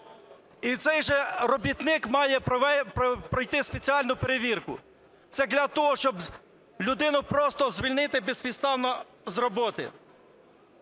І цей же робітник має пройти спеціальну перевірку. Це для того, щоб людину просто звільнити безпідставно з роботи.